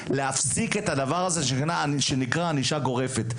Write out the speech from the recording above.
להפסיק את הדבר הזה שנקרא ענישה גורפת.